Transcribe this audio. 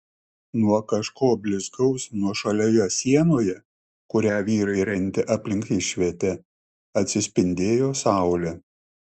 nuo kažko blizgaus nuošalioje sienoje kurią vyrai rentė aplink išvietę atsispindėjo saulė